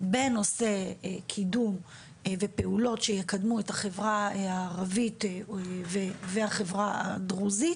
בנושא קידום ופעולות שיקדמו את החברה הערבית והחברה הדרוזית.